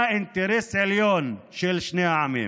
הינה אינטרס עליון של שני העמים.